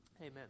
Amen